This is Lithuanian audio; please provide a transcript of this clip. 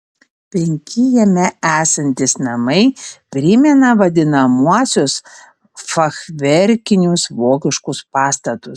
penki jame esantys namai primena vadinamuosius fachverkinius vokiškus pastatus